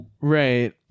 Right